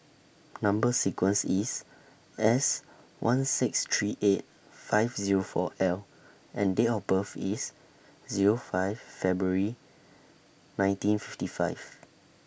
Number sequence IS S one six three eight five Zero four L and Date of birth IS Zero five February nineteen fifty five